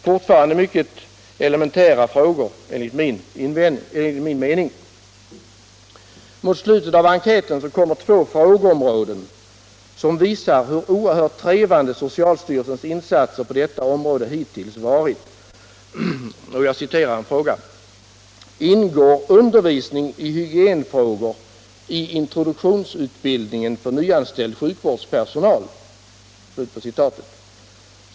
= fortfarande mycket elementära frågor enligt min mening. Mot slutet av enkäten kommer två grupper av frågor som visar hur oerhört trevande socialstyrelsens insatser på sjukhusinfektionernas område hittills varit. Låt mig relatera en fråga: Ingår undervisning i hygienfrågor i introduktionsutbildningen för nyanställd sjukvårdspersonal?